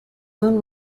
own